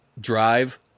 drive